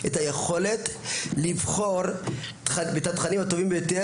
את היכולת לבחור את התכנים הטובים ביותר